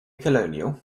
colonial